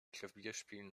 klavierspielen